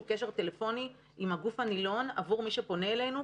קשר טלפוני עם הגוף הנִלּוֹן עבור מי שפונה אלינו,